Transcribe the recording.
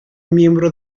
miembro